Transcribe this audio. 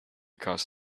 cost